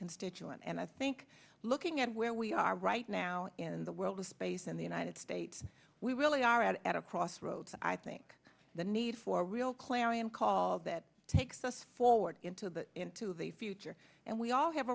constituents and i think looking at where we are right now in the world of space in the united states we really are at a crossroads i think the need for real clarion call that takes us forward into the into the future and we all have